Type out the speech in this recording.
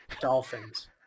Dolphins